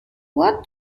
what